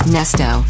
Nesto